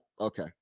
okay